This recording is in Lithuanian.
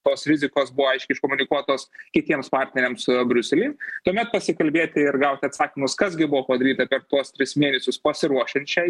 tos rizikos buvo aiškiai iškomunikuotos kitiems partneriams briusely tuomet pasikalbėti ir gauti atsakymus kas gi buvo padaryta per tuos tris mėnesius pasiruošian šiai